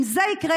אם זה יקרה,